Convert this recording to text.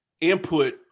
input